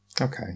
Okay